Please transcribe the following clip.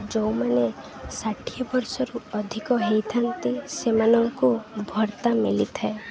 ଯେଉଁମାନେ ଷାଠିଏ ବର୍ଷରୁ ଅଧିକ ହୋଇଥାନ୍ତି ସେମାନଙ୍କୁ ଭତ୍ତା ମିଳିଥାଏ